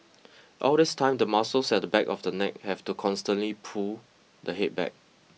all this time the muscles at the back of the neck have to constantly pull the head back